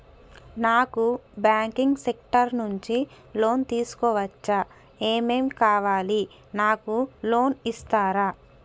నాకు banking sector నుంచి loan తీసుకోవచ్చా? ఏమేం కావాలి? నాకు లోన్ ఇస్తారా?